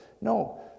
No